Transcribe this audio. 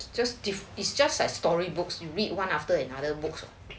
just is just as storybooks you read one after another books